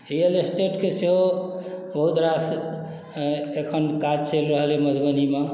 real स्टेटके सेहो बहुत रास एखन काज चलि रहल अइ मधुबनीमे